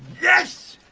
yes?